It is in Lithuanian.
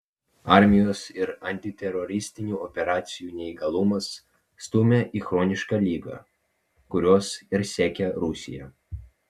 armijos ir antiteroristinių operacijų neįgalumas stumia į chronišką ligą kurios ir siekia rusija